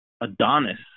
Adonis